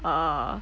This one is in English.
err